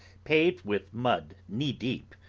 paved with mud knee-deep,